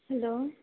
hello